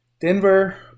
Denver